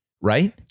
right